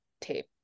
tape